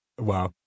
wow